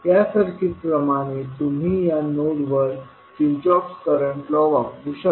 या सर्किट प्रमाणे तुम्ही या नोडवर किर्चहॉफ करंट लॉ वापरु शकता